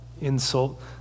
insult